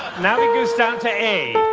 now, it goes down to a.